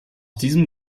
diesem